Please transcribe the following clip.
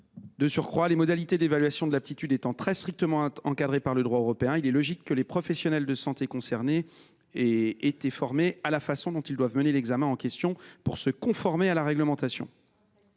De surcroît, les modalités d’évaluation de l’aptitude étant très strictement encadrées par le droit européen, il est logique que les professionnels de santé concernés aient été formés à la façon dont ils doivent mener l’examen en question pour se conformer à la réglementation.